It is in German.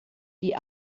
die